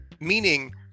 meaning